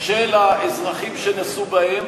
תוך סיכון של האזרחים שנסעו בהם.